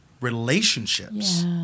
relationships